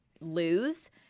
lose